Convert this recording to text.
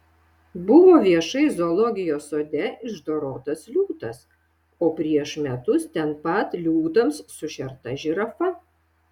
buvo viešai zoologijos sode išdorotas liūtas o prieš metus ten pat liūtams sušerta žirafa